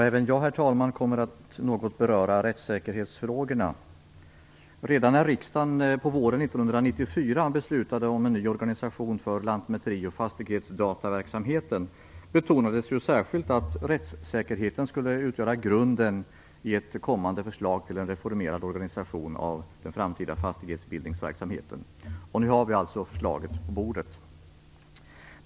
Herr talman! Även jag kommer att något beröra rättsäkerhetsfrågorna. Redan när riksdagen våren 1994 beslutade om en ny organisation för lantmäteri och fastighetsdataverksamheten betonades särskilt att rättssäkerheten skulle utgöra grunden i ett kommande förslag till en reformerad organisation av den framtida fastighetsbildningsverksamheten. Nu har vi förslaget på riksdagens bord.